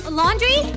laundry